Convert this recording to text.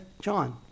John